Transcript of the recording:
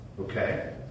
Okay